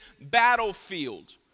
battlefield